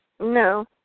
No